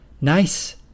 Nice